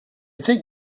think